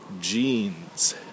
jeans